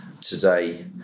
today